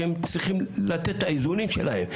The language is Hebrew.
שהם צריכים לתת את האיזונים שלהם.